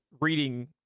reading